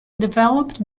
developed